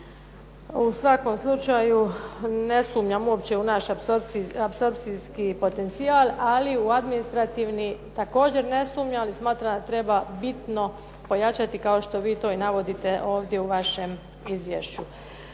U svakom slučaju ne sumnjam u naš apsorpcijski potencijal, ali u administrativni također ne sumnjam, ali smatram da treba bitno pojačati kao što vi to i navodite ovdje u vašem izvješću.